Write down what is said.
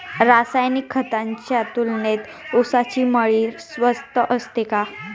रासायनिक खतांच्या तुलनेत ऊसाची मळी स्वस्त असते का?